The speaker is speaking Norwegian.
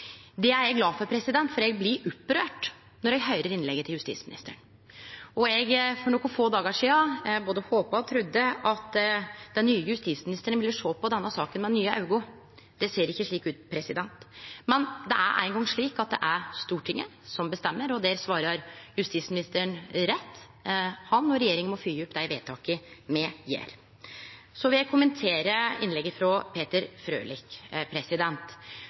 Det er eg glad for, for eg blei opprørt då eg høyrde innlegget frå justisministeren. For nokre få dagar sidan både håpa og trudde eg at den nye justisministeren ville sjå på denne saka med nye auge. Det ser ikkje slik ut. Men det er no eingong slik at det er Stortinget som bestemmer, og justisministeren har rett: Han og regjeringa må følgje opp dei vedtaka me gjer. Så vil eg kommentere innlegget frå Peter Frølich.